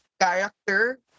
character